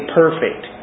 perfect